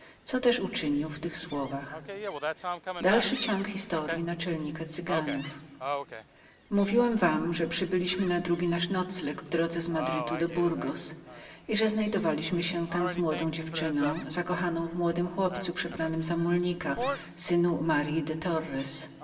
co też uczynił w tych słowach mówiłem wam że przybyliśmy na drugi nasz nocleg od madrytu do burgos i że znajdowaliśmy się tam z młodą dziewczyną zakochaną w młodym chłopcu przebranym za mulnika synie